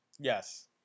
Yes